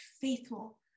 faithful